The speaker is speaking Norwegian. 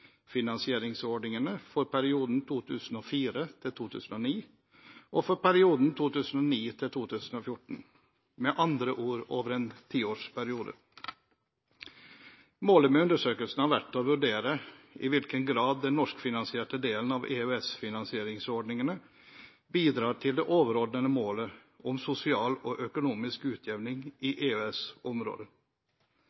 EØS-finansieringsordningene for perioden 2004–2009 og for perioden 2009–2014 – med andre ord over en tiårsperiode. Målet med undersøkelsen har vært å vurdere i hvilken grad den norskfinansierte delen av EØS-finansieringsordningene bidrar til det overordnede målet om sosial og økonomisk utjevning i